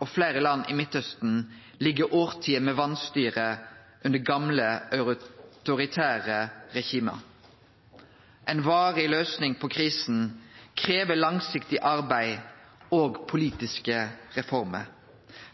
og fleire land i Midtausten ligg tiår med vanstyre under gamle, autoritære regime. Ei varig løysing på krisen krev langsiktig arbeid og politiske reformer.